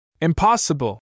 Impossible